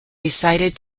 recited